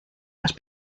las